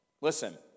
Listen